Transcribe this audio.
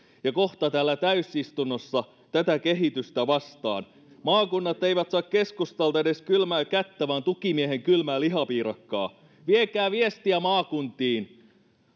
ja kohta täällä täysistunnossa tätä kehitystä vastaan maakunnat eivät saa keskustalta edes kylmää kättä vaan tukimiehen kylmää lihapiirakkaa viekää viestiä maakuntiin